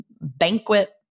banquet